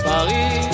Paris